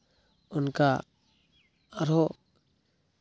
ᱚᱱᱠᱟ ᱟᱨᱦᱚᱸ